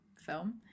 film